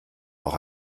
auch